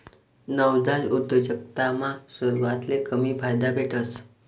नवजात उद्योजकतामा सुरवातले कमी फायदा भेटस